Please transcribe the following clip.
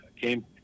came